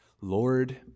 lord